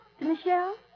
Michelle